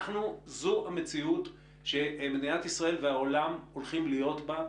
זו המציאות שמדינת ישראל והעולם הולכים להיות בה.